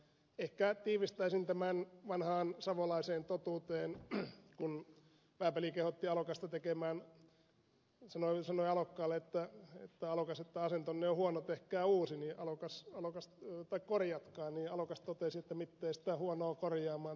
ehkä tiivistäisin tämän siihen vanhaan savolaiseen totuuteen että kun vääpeli sanoi alokkaalle että alokas asentonne on huonot ehkä uusin alan kasvavan huono korjatkaa niin alokas totesi että mittee sitä huonoo korjaamaan tehhään vallan uus